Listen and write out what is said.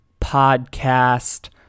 Podcast